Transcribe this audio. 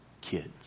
kids